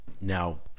Now